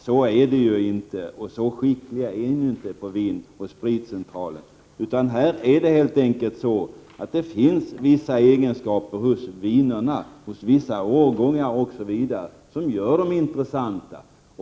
Så är det ju inte — och så skicklig är man inte på Vin & Spritcentralen. Här är det helt enkelt så, att det finns vissa egenskaper hos viner, hos vissa årgångar osv., som gör dem intressanta.